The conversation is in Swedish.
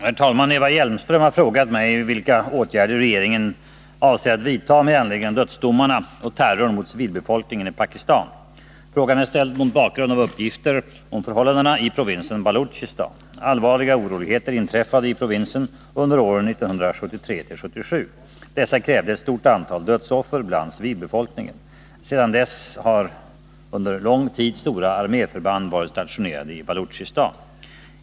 Herr talman! Eva Hjelmström har frågat mig vilka åtgärder regeringen avser att vidta med anledning av dödsdomarna och terrorn mot civilbefolkningen i Pakistan. Frågan är ställd mot bakgrund av uppgifter om förhållandena i provinsen Baluchistan. Allvarliga oroligheter inträffade i provinsen under åren 1973-1977. Dessa krävde ett stort antal dödsoffer bland civilbefolkningen. Sedan dess har under lång tid stora arméförband varit stationerade i Baluchistan.